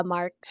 Mark